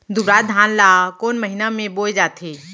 दुबराज धान ला कोन महीना में बोये जाथे?